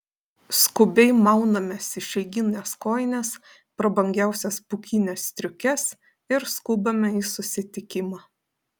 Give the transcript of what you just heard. skubiai maunamės išeigines kojines prabangiausias pūkines striukes ir skubame į susitikimą